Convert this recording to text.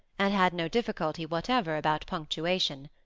and had no difficulty whatever about punctuation.